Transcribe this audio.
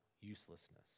uselessness